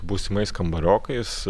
būsimais kambariokais